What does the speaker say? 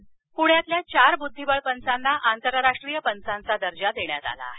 पंच प्ण्यातील चार बुद्धीबळ पंचांना आंतरराष्ट्रीय पंचांचा दर्जा देण्यात आला आहे